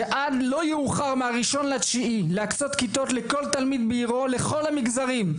שעד לא יאוחר מה-1.9 להקצות כיתות לכל תלמיד בעירו לכל המגזרים,